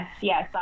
Yes